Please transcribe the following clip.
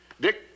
Dick